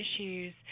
issues